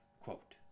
Quote